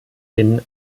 den